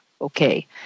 okay